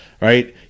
right